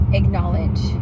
acknowledge